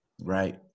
right